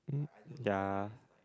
mm ya